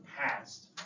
past